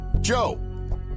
Joe